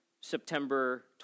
September